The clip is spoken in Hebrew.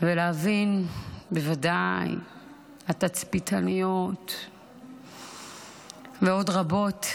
בוודאי התצפיתניות ועוד רבות,